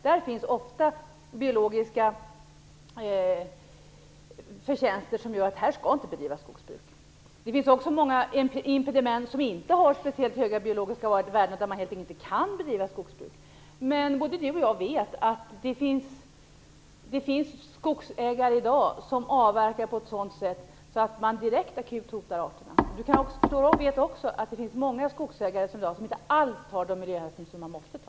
Där finns ofta biologiska förtjänster som gör att det där inte skall bedrivas skogsbruk. Det finns också många impediment som inte har speciellt höga biologiska värden men där man helt enkelt inte kan bedriva skogsbruk. Men både Carl G Nilsson och jag vet att det finns skogsägare i dag som avverkar på ett sådant sätt att de direkt och akut hotar arterna. Carl G Nilsson vet också att det finns många skogsägare i dag som inte alls tar de miljöhänsyn som man måste ta.